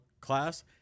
class